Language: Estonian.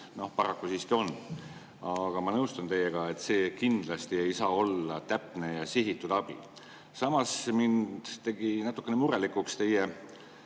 paraku siiski on. Aga ma nõustun teiega, et see kindlasti ei saa olla täpne ja sihitud abi. Samas mind tegi natukene murelikuks teie